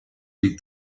read